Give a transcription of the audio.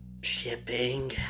Shipping